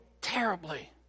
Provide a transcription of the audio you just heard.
terribly